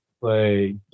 play